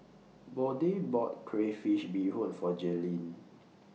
Bode bought Crayfish Beehoon For Jalyn